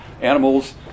animals